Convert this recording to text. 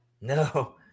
no